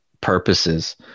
purposes